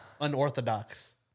unorthodox